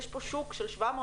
יש פה שוק של 700,000